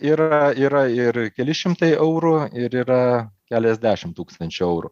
yra yra ir keli šimtai eurų ir yra keliasdešimt tūkstančių eurų